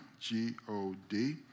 G-O-D